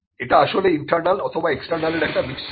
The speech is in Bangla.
এটা আসলে ইন্টার্নাল অথবা এক্সটার্নাল এর একটা মিক্সচার